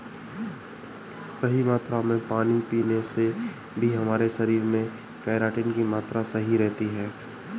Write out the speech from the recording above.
सही मात्रा में पानी पीने से भी हमारे शरीर में केराटिन की मात्रा सही रहती है